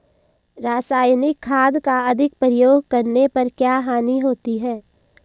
रासायनिक खाद का अधिक प्रयोग करने पर क्या हानि होती है?